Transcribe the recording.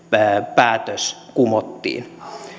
päätös kumottiin